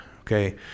okay